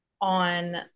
on